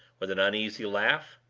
with an uneasy laugh.